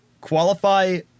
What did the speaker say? qualify